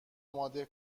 اماده